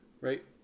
right